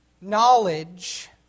knowledge